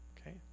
Okay